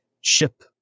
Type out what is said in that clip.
ship